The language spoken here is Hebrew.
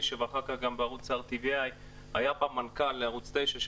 ואחר כך בערוץ RTVI היה פעם מנכ"ל לערוץ 9,